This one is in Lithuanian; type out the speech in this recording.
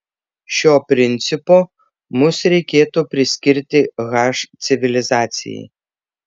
šio principo mus reikėtų priskirti h civilizacijai